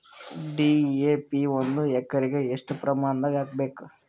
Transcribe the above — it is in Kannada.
ಡಿ.ಎ.ಪಿ ಒಂದು ಎಕರಿಗ ಎಷ್ಟ ಪ್ರಮಾಣದಾಗ ಹಾಕಬೇಕು?